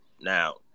Now